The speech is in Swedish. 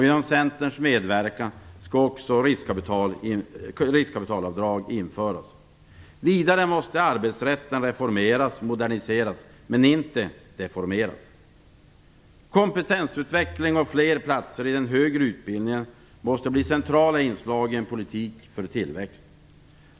Genom Centerns medverkan skall också riskkapitalavdrag införas. Vidare måste arbetsrätten reformeras och moderniseras, men inte deformeras. Kompetensutveckling och fler platser i den högre utbildningen måste bli centrala inslag i en politik för tillväxt.